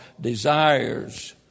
desires